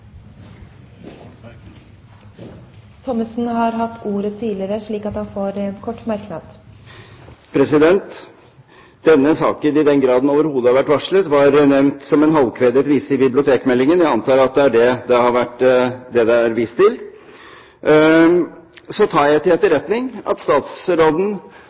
har hatt ordet to ganger tidligere og får ordet til en kort merknad. Denne saken, i den grad den overhodet har vært varslet, har vært nevnt som en halvkvedet vise i bibliotekmeldingen. Jeg antar at det er det det er vist til. Så tar jeg til etterretning at statsråden